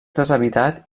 deshabitat